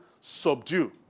subdue